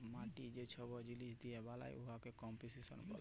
মাটি যে ছব জিলিস দিঁয়ে বালাল উয়াকে কম্পসিশল ব্যলে